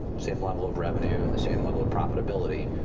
same level of revenue and the same level of profitability,